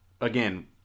Again